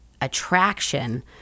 attraction